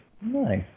Nice